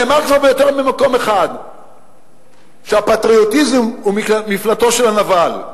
נאמר כבר ביותר ממקום אחד שהפטריוטיזם הוא מפלטו של הנבל.